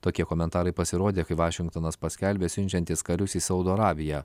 tokie komentarai pasirodė kai vašingtonas paskelbė siunčiantis karius į saudo arabiją